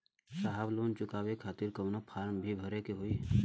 साहब लोन चुकावे खातिर कवनो फार्म भी भरे के होइ?